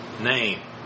name